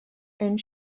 and